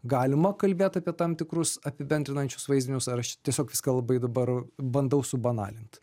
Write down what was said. galima kalbėt apie tam tikrus apibendrinančius vaizdinius ar aš čia tiesiog viską labai dabar bandau subanalint